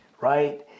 right